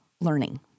learning